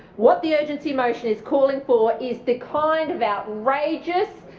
what the urgency motion is calling for is the kind of outrageous,